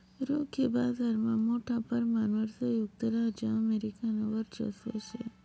रोखे बाजारमा मोठा परमाणवर संयुक्त राज्य अमेरिकानं वर्चस्व शे